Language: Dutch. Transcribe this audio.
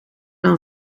dan